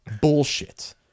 bullshit